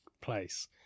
place